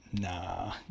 Nah